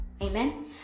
Amen